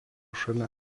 šalia